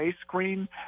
screen